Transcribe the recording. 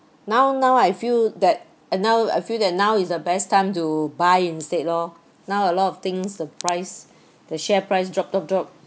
now now I feel that uh now I feel that now is the best time to buy instead loh now a lot of things the price the share price drop drop drop